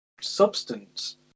substance